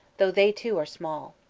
though they, too, are small.